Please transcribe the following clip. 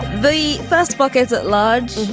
the first book is at large,